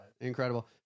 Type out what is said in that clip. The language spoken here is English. Incredible